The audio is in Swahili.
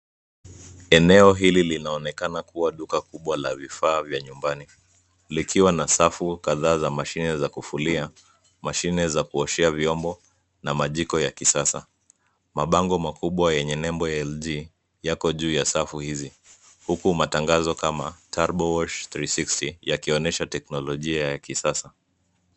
Eneo hili linaonekana kuwa duka kubwa la vifaa vya nyumbani likiwa na safu kadhaa za mashine za kufulia, mashine za kuoshea vyombo na majiko ya kisasa. Mabango makubwa yenye nembo ya LG yako juu ya safu hizi huku matangazo kama turbo wash 360 yakionesha teknolojia ya kisasa.